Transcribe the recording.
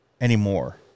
anymore